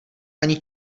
ani